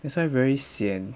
that's why very sian